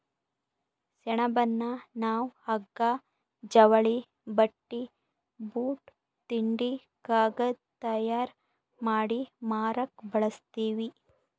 ಸೆಣಬನ್ನ ನಾವ್ ಹಗ್ಗಾ ಜವಳಿ ಬಟ್ಟಿ ಬೂಟ್ ತಿಂಡಿ ಕಾಗದ್ ತಯಾರ್ ಮಾಡಿ ಮಾರಕ್ ಬಳಸ್ತೀವಿ